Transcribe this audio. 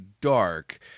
dark